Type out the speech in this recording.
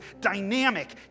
dynamic